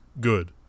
good